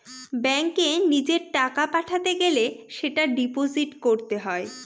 ব্যাঙ্কে নিজের টাকা পাঠাতে গেলে সেটা ডিপোজিট করতে হয়